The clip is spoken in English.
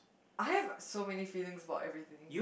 I have so many feelings for everything